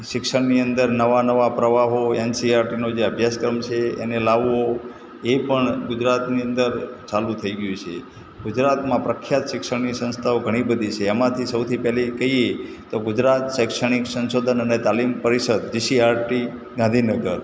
શિક્ષણની અંદર નવા નવા પ્રવાહો એન સી આર ટીનો જે અભ્યાસક્રમ છે એને લાવવો એ પણ ગુજરાતની અંદર ચાલુ થઈ ગયું છે ગુજરાતમાં પ્રખ્યાત શિક્ષણની સંસ્થાઓ ઘણી બધી છે એમાંથી સૌથી પહેલી કહીએ તો ગુજરાત શૈક્ષણિક સંશોધન અને તાલિમ પરિષદ G C R T Gandhinagar